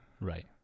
Right